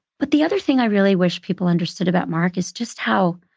but the other thing i really wish people understood about mark is just how